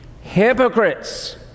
Hypocrites